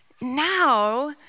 now